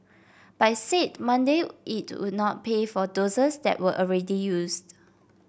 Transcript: but it said Monday it would not pay for doses that were already used